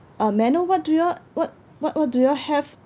uh may I know what do you all what what what do you all have